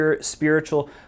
spiritual